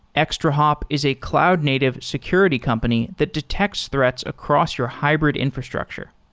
extrahop is a cloud-native security company that detects threats across your hybrid infrastructure.